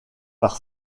par